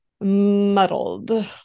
muddled